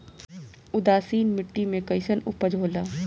उदासीन मिट्टी में कईसन उपज होला?